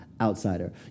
outsider